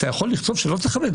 אתה יכול לכתוב שלא צריך לכבד.